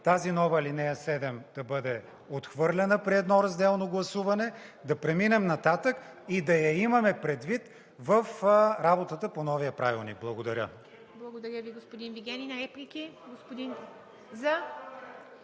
тази нова ал. 7 да бъде отхвърлена при едно разделно гласуване, да преминем нататък и да я имаме предвид в работата по новия Правилник. Благодаря.